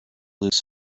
loose